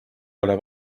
pole